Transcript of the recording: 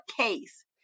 case